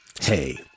Hey